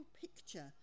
picture